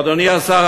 אדוני השר,